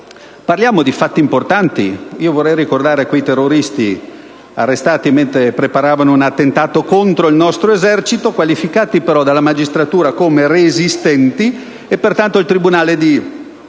Parliamo di fatti importanti. Vorrei ricordare quei terroristi arrestati mentre preparavano un attentato contro il nostro esercito: qualificati dalla magistratura come resistenti, il tribunale di